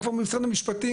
הוא כבר במשרד המשפטים,